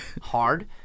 hard